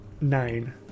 nine